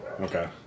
Okay